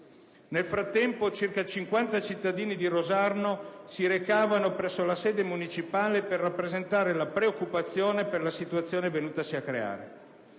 Nel frattempo, circa 50 cittadini di Rosarno si recavano presso la sede municipale per rappresentare preoccupazione per la situazione venutasi a creare.